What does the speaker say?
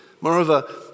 Moreover